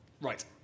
Right